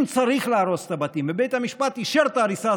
אם צריך להרוס את הבתים ובית המשפט אישר את ההריסה,